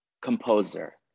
composer